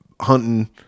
hunting